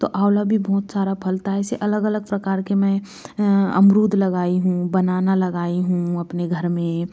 तो आवला भी बहुत सारा फैलता है इसे अलग अलग प्रकार के में अमरूद लगाई हूँ बनाना लगाई हूँ अपने घर में